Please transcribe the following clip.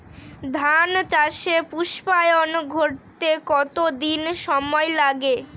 ধান চাষে পুস্পায়ন ঘটতে কতো দিন সময় লাগে?